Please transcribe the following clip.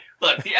look